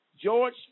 George